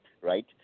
right